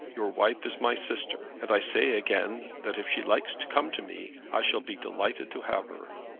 your wife is my sister, and i say again that if she likes to come to me, i shall be delighted to have her.